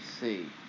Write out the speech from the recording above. see